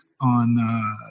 on